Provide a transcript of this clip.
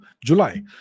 July